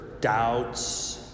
doubts